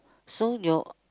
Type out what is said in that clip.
so your